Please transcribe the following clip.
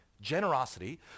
generosity